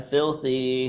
Filthy